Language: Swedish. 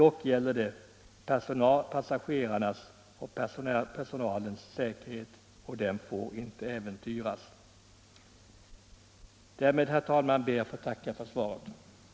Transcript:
Det gäller dock passagerarnas och personalens säkerhet, och den får inte äventyras. Med det anförda, herr talman, ber jag att än en gång få tacka för svaret på min fråga.